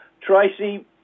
Tracy